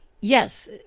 Yes